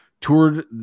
toured